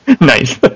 Nice